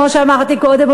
כמו שאמרתי קודם,